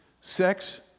sex